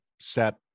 set